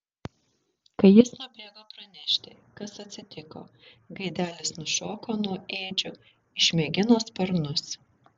kai jis nubėgo pranešti kas atsitiko gaidelis nušoko nuo ėdžių išmėgino sparnus